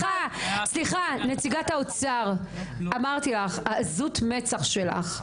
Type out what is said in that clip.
סליחה, נציגת האוצר, אמרתי לך, העזות מצח שלך.